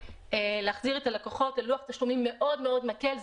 ולהחזיר את הלקוחות ללוח תשלומים מאוד מאוד מקל,